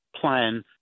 plan